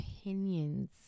opinions